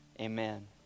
amen